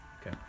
okay